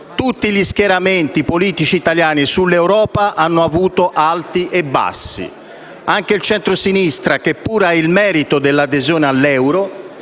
Tutti gli schieramenti politici italiani sull'Europa hanno avuto alti e bassi. Anche il centrosinistra, che pure ha il merito dell'adesione all'euro,